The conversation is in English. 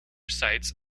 sites